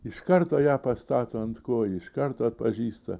iš karto ją pastato ant kojų iš karto atpažįsta